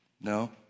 No